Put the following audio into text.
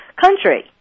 country